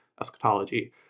eschatology